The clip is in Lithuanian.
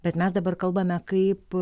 bet mes dabar kalbame kaip